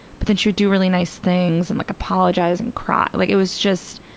but then she would do really nice things and like apologize and cry. like, it was just,